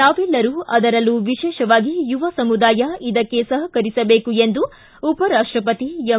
ನಾವೆಲ್ಲರೂ ಅದರಲ್ಲೂ ವಿಶೇಷವಾಗಿ ಯುವ ಸಮುದಾಯ ಇದಕ್ಕೆ ಸಹಕರಿಸಬೇಕು ಎಂದು ಉಪರಾಷ್ಟಪತಿ ಎಂ